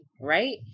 right